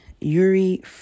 Yuri